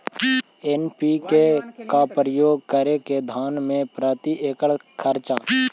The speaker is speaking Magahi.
एन.पी.के का प्रयोग करे मे धान मे प्रती एकड़ खर्चा?